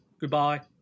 Goodbye